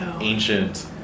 ancient